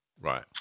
Right